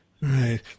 Right